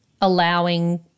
allowing